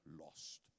lost